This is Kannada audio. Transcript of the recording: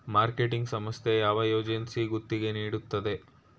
ಮಾರ್ಕೆಟಿಂಗ್ ಸಂಸ್ಥೆ ಯಾವ ಏಜೆನ್ಸಿಗೆ ಗುತ್ತಿಗೆ ನೀಡುತ್ತದೆ?